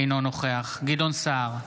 אינו נוכח גדעון סער,